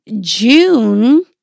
June